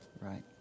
right